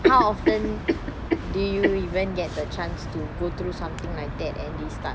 how often do you even get the chance to go through something like that and this stuff